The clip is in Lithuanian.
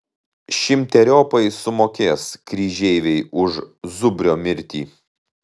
šimteriopai sumokės kryžeiviai už zubrio mirtį